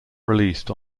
released